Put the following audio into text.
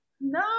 No